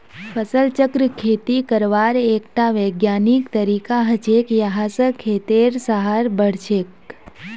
फसल चक्र खेती करवार एकटा विज्ञानिक तरीका हछेक यहा स खेतेर सहार बढ़छेक